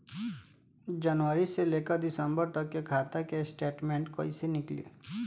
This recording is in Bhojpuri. जनवरी से लेकर दिसंबर तक के खाता के स्टेटमेंट कइसे निकलि?